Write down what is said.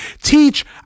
Teach